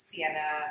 Sienna